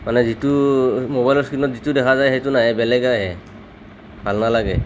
মানে যিটো মোবাইলৰ স্ক্ৰিনত যিটো দেখা যায় সেইটো নাহে বেলেগহে আহে ভাল নালাগে